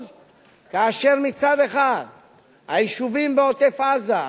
כאשר מצד אחד היישובים בעוטף-עזה,